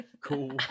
cool